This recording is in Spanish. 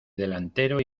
delantero